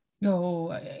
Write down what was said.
No